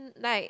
like